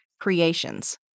creations